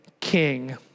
king